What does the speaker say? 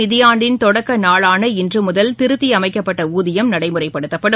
நிதியாண்டின் தொடக்கநாளான இன்றுமுதல் திருத்தியமைக்கப்பட்டஊதியம் நடப்பு நடைமுறைப்படுத்தப்படும்